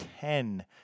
ten